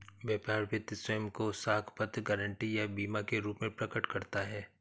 व्यापार वित्त स्वयं को साख पत्र, गारंटी या बीमा के रूप में प्रकट करता है